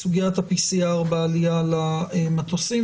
סוגיית ה-PCR בעלייה למטוסים.